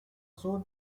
sud